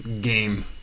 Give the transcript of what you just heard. game